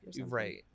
Right